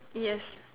yes